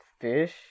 fish